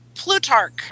Plutarch